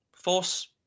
force